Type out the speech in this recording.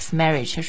marriage